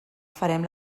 farem